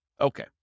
Okay